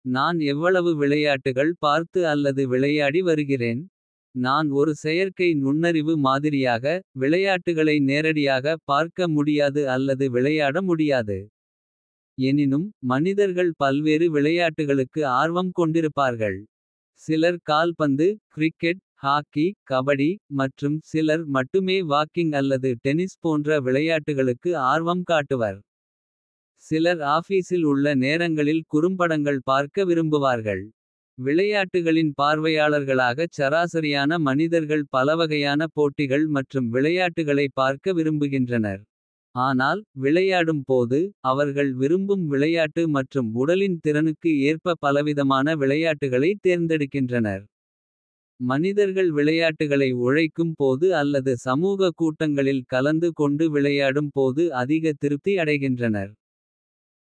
நான் எவ்வளவு விளையாட்டுகள் பார்த்து. அல்லது விளையாடி வருகிறேன். நான் ஒரு செயற்கை நுண்ணறிவு மாதிரியாக. விளையாட்டுகளை நேரடியாக பார்க்க முடியாது. அல்லது விளையாட முடியாது எனினும் மனிதர்கள். பல்வேறு விளையாட்டுகளுக்கு ஆர்வம் கொண்டிருப்பார்கள். சிலர் கால்பந்து கிரிக்கெட் ஹாக்கி கபடி. மற்றும் சிலர் மட்டுமே வாக்கிங் அல்லது டெனிஸ். போன்ற விளையாட்டுகளுக்கு ஆர்வம் காட்டுவர். சிலர் ஆஃபீஸில் உள்ள நேரங்களில் குறும்படங்கள் பார்க்க. விரும்புவார்கள் விளையாட்டுகளின். பார்வையாளர்களாகச் சராசரியான மனிதர்கள். பலவகையான போட்டிகள் மற்றும் விளையாட்டுகளைப். பார்க்க விரும்புகின்றனர் ஆனால் விளையாடும் போது. அவர்கள் விரும்பும் விளையாட்டு மற்றும். உடலின் திறனுக்கு ஏற்ப பலவிதமான விளையாட்டுகளை. தேர்ந்தெடுக்கின்றனர் மனிதர்கள் விளையாட்டுகளை. உழைக்கும் போது அல்லது சமூக கூட்டங்களில் கலந்து. கொண்டு விளையாடும் போது அதிக திருப்தி அடைகின்றனர்.